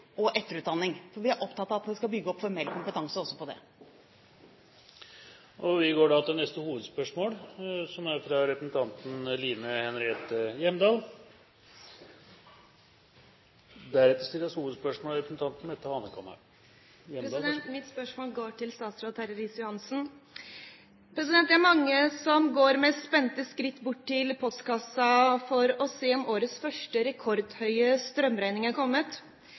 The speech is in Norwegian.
og etterutdanning, for vi er opptatt av at vi skal bygge opp formell kompetanse også på det. Vi går videre til neste hovedspørsmål. Mitt spørsmål går til statsråd Terje Riis-Johansen. Det er mange som går med spente skritt bort til postkassen for å se om årets første, rekordhøye strømregning har kommet.